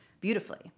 beautifully